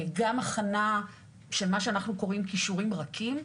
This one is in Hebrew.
גם הכנה של מה שאנחנו קוראים כישורים רכים,